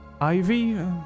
Ivy